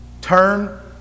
Turn